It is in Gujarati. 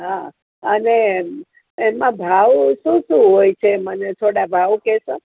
હા અને એમાં ભાવ શું શું હોય છે મને થોડા ભાવ કહેશો